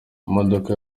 imodoka